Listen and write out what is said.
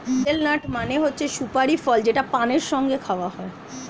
betel nut মানে হচ্ছে সুপারি ফল যেটা পানের সঙ্গে খাওয়া হয়